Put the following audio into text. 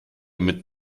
mit